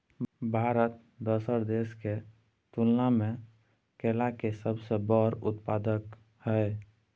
भारत दोसर देश के तुलना में केला के सबसे बड़ उत्पादक हय